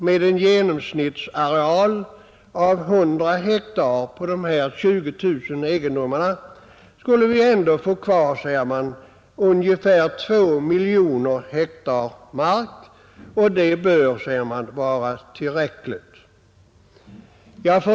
Med en genomsnittsareal av 100 hektar på dessa 20 000 egendomar skulle vi ändå få kvar 2 miljoner hektar mark, och det bör, säger man, vara tillräckligt.